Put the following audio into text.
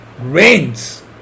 rains